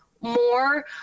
more